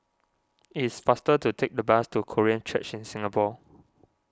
it is faster to take the bus to Korean Church in Singapore